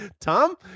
Tom